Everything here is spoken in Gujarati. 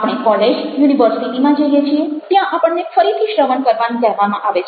આપણે કોલેજ યુનિવર્સિટીમાં જઈએ છીએ ત્યાં આપણને ફરીથી શ્રવણ કરવાનું કહેવામાં આવે છે